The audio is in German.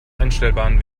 einstellbaren